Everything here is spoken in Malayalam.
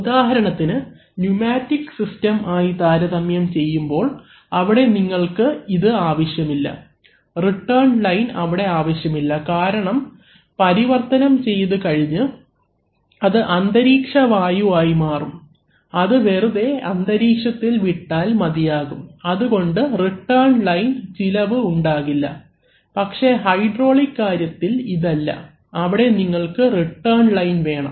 ഉദാഹരണത്തിന് ന്യൂമാറ്റിക് സിസ്റ്റം ആയി താരതമ്യം ചെയ്യുമ്പോൾ അവിടെ നിങ്ങൾക്ക് ഇത് ആവശ്യമില്ല റിട്ടേൺ ലൈൻ അവിടെ ആവശ്യമില്ല കാരണം പ്രവർത്തനം ചെയ്തു കഴിഞ്ഞു അത് അന്തരീക്ഷവായു ആയി മാറും അത് വെറുതെ അന്തരീക്ഷത്തിൽ വിട്ടാൽ മതിയാകും അതുകൊണ്ട് റിട്ടേൺ ലൈൻ ചിലവ് ഉണ്ടാകില്ല പക്ഷേ ഹൈഡ്രോളിക് കാര്യത്തിൽ ഇതല്ല അവിടെ നിങ്ങൾക്ക് റിട്ടേൺ ലൈൻ വേണം